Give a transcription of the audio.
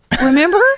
Remember